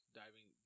diving